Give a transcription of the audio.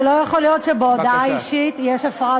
זה לא יכול להיות שבהודעה אישית יש הפרעה,